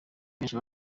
benshi